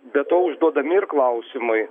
be to užduodami ir klausimai